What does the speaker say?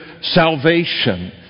salvation